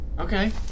okay